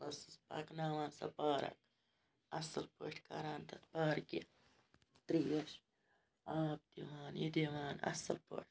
ٲسٕس پَکناوان سۄ پارک اَصٕل پٲٹھۍ کَران تَتھ پارکہِ ترٛیش آب دِوان یہِ دِوان اَصٕل پٲٹھۍ